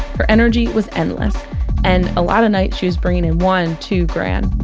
her energy was endless and lot of nights she was bringing in one, two grand